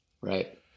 right